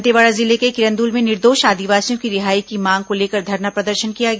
दंतेवाड़ा जिले के किरंदुल में निर्दोष आदिवासियों की रिहाई की मांग को लेकर धरना प्रदर्शन किया गया